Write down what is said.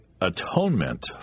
atonement